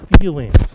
feelings